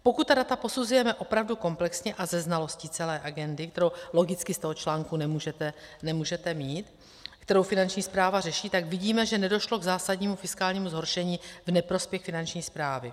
Pokud ta data posuzujeme opravdu komplexně a se znalostí celé agendy, kterou logicky z toho článku nemůžete mít, kterou Finanční správa řeší, tak vidíme, že nedošlo k zásadnímu fiskálnímu zhoršení v neprospěch Finanční správy.